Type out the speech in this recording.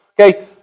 okay